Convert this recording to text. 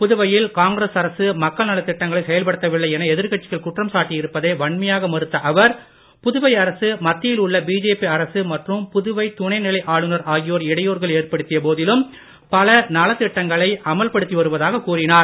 புதுவையில் காங்கிரஸ் அரசு மக்கள் நலத்திட்டங்களை செயல்படுத்தவில்லை என எதிர்கட்சிகள் குற்றம் சாட்டி இருப்பதை வன்மையாக மறுத்த அவர் புதுவை அரசு மத்தியில் உள்ள பிஜேபி அரசு மற்றும் புதுவை துணைநிலை ஆளுநர் ஆகியோர் இடையுறுகள் ஏற்படுத்திய போதிலும் பல நலத்திட்டங்களை அமல்படுத்தி வருவதாக கூறினார்